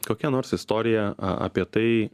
kokia nors istorija apie tai